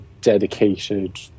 dedicated